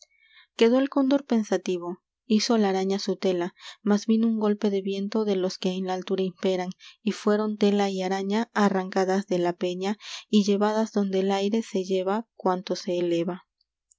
quedó el cóndor pensativo hizo la araña su tela mas vino un golpe de viento de los que en la altura imperan y fueron tela y araña arrancadas de la peña y llevadas donde el aire se lleva cuanto se eleva